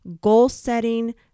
goal-setting